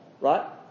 right